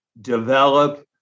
develop